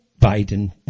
Biden